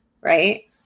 right